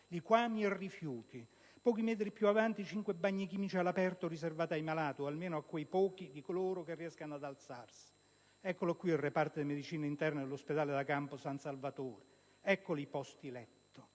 liquami e rifiuti; pochi metri più avanti, cinque bagni chimici all'aperto "riservati ai malati" o almeno a quei pochi di loro che riescono ad alzarsi: eccolo qui il reparto di medicina interna dell'ospedale da campo San Salvatore! Ecco i posti letto!